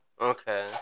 okay